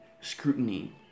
scrutiny